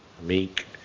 Meek